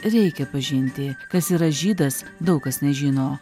reikia pažinti kas yra žydas daug kas nežino